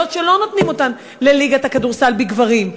שלא נותנים אותן לליגת הכדורסל לגברים.